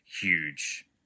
huge